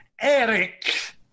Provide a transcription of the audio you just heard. Eric